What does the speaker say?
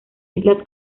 islas